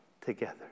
together